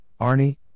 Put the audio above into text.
Arnie